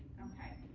ok?